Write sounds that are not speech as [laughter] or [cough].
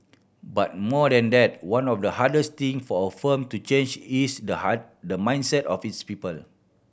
but more than that one of the hardest thing for a firm to change is the [unintelligible] the mindset of its people